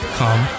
come